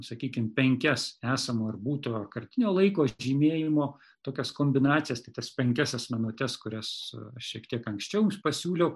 sakykim penkias esamo ar būtojo kartinio laiko žymėjimo tokias kombinacijas tai tas penkias minutes kurios šiek tiek anksčiau jums pasiūliau